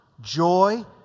joy